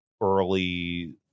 early